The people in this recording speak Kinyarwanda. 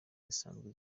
zisanzwe